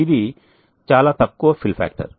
ఇది చాలా తక్కువ ఫిల్ ఫ్యాక్టర్